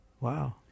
Wow